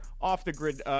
off-the-grid